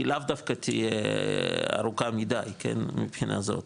היא לאו דווקא תהיה ארוכה מידי, מהבחינה הזאת,